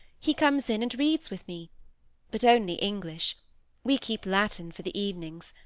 he comes in and reads with me but only english we keep latin for the evenings,